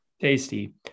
Tasty